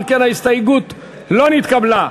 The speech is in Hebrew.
ההסתייגות לא נתקבלה,